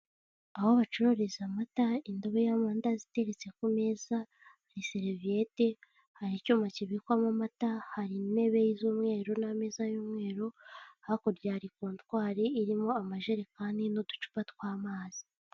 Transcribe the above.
Aho bacururiza amata, indobo y'amandazi iteretse ku meza, seliviyeti, hari icyuma kibikwamo amata, hari intebe z'umweru n'ameza y'umweru, hakurya ya hari contwari, irimo amajerekani n'uducupa tw'amazi.